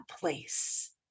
place